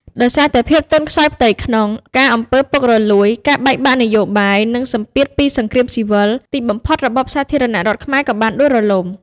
ដោយសារតែភាពទន់ខ្សោយផ្ទៃក្នុង ការអំពើពុករលួយ ការបែកបាក់នយោបាយ និងសម្ពាធពីសង្គ្រាមស៊ីវិល ទីបំផុតរបបសាធារណរដ្ឋខ្មែរក៏បានដួលរលំ។